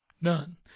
none